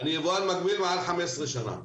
אני יבואן מקביל מעל 15 שנה.